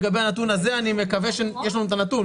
לגבי הנתון הזה אני מקווה שיש לנו את הנתון.